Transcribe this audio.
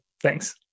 Thanks